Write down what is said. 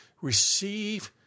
receive